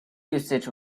usage